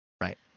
Right